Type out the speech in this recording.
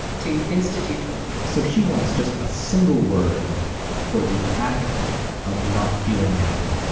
to institute one. so she wants just a single word for the act of not feeling anything.